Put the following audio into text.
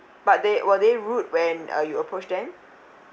but they were they rude when uh you approached them